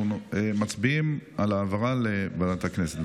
אנחנו מצביעים על העברה לוועדת הכנסת.